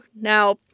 Now